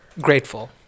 Grateful